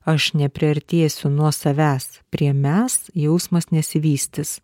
aš nepriartėsiu nuo savęs prie mes jausmas nesivystys